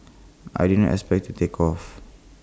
I didn't expect IT to take off